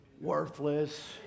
worthless